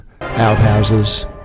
outhouses